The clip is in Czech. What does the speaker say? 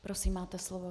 Prosím, máte slovo.